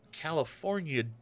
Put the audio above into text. California